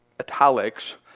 italics